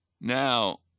now